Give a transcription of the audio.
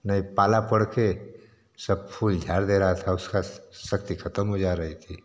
नहीं पाला पड़के सब फूल झाड़ दे रहा था उसका शक्ति ख़त्म हो जा रही थी